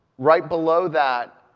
right below that,